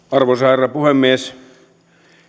arvoisa herra puhemies